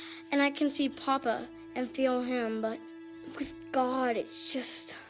and i can see papa and feel him, but with god it's just.